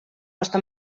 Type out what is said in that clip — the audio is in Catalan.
costa